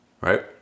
right